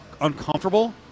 uncomfortable